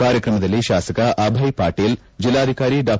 ಕಾರ್ಯಕ್ರಮದಲ್ಲಿ ಶಾಸಕ ಅಭಯ್ ಪಾಟೀಲ್ ಜಿಲ್ಲಾಧಿಕಾರಿ ಡಾ